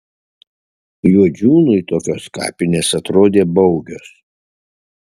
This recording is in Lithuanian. juodžiūnui tokios kapinės atrodė baugios